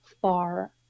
far